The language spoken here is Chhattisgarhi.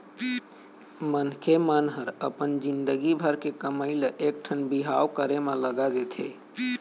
मनखे मन ह अपन जिनगी भर के कमई ल एकठन बिहाव करे म लगा देथे